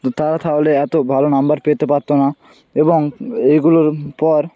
তারা তাহলে এত ভালো নম্বর পেতে পারত না এবং এইগুলোর পর